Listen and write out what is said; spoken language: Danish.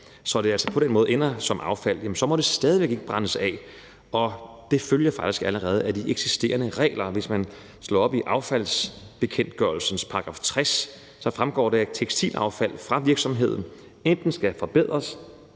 så de altså ender som affald, så må de stadig væk ikke brændes af. Det følger faktisk allerede af de eksisterende regler, og hvis man slår op i affaldsbekendtgørelsens § 60, fremgår det, at tekstilaffald fra virksomheden enten skal forberedes